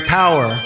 power